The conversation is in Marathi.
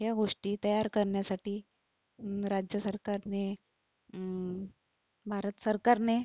ह्या गोष्टी तयार करण्यासाठी राज्य सरकारने भारत सरकारने